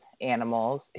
animals